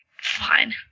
Fine